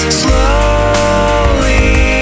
slowly